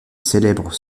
célèbre